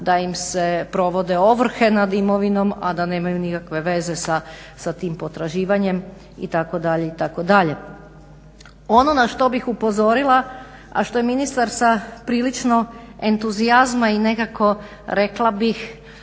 da im se provode ovrhe nad imovinom, a da nemaju nikakve veze sa tim potraživanjem itd. itd. Ono na što bih upozorila, a što je ministar sa prilično entuzijazma i nekako rekla bih